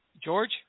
george